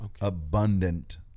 abundant